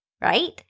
Right